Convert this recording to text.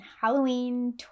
Halloween